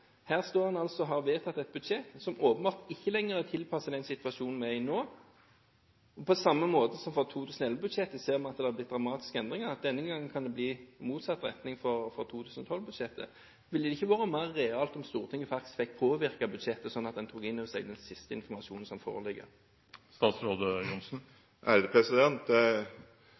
Her har en altså vedtatt et budsjett som åpenbart ikke lenger er tilpasset den situasjonen vi er i nå. På samme måte som for 2011-budsjettet ser en at det har blitt dramatiske endringer – og denne gangen kan det gå i motsatt retning for 2012-budsjettet. Ville det ikke vært mer realt om Stortinget faktisk fikk påvirket budsjettet, sånn at en tok inn over seg den siste informasjonen som foreligger?